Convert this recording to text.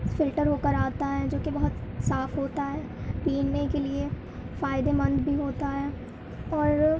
filter ہو کر آتا ہے جو کہ بہت صاف ہوتا ہے پینے کے لیے فائدہ مند بھی ہوتا ہے اور